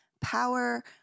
power